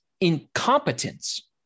incompetence